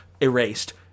erased